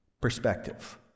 perspective